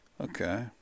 Okay